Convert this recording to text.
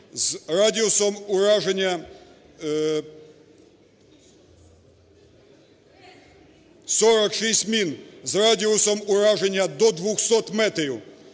з радіусом ураження… 46 мін з радіусом ураженням до 200 метрів,